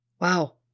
Wow